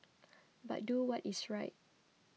but do what is right